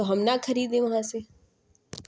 تو ہم نہ خریدیں وہاں سے